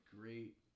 great